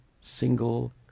single